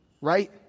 right